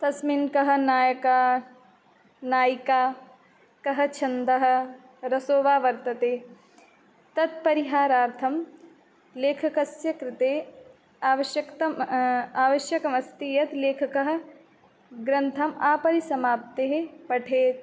तस्मिन् कः नायकः नायिका किं छन्दः रसो वा वर्तते तत्परिहारार्थं लेखकस्य कृते आवश्यकता आवश्यकमस्ति यत् लेखकः ग्रन्थम् आपरिसमाप्ति पठेत्